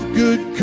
good